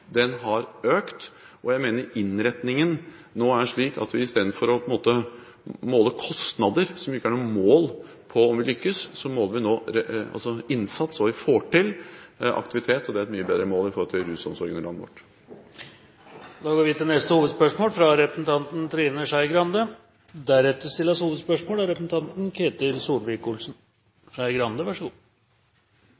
har økt. Jeg mener innretningen nå er slik at vi i stedet for å måle kostnader, som ikke er noe mål på om vi lykkes, måler innsats – hva vi får til, og aktivitet – og det er et mye bedre mål når det gjelder rusomsorgen i landet vårt. Vi går videre til neste hovedspørsmål.